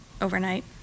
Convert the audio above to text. overnight